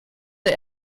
der